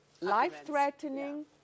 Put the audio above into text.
life-threatening